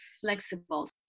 flexible